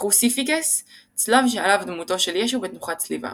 קרוסיפיקס – צלב שעליו דמותו של ישו בתנוחת צליבה.